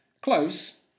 Close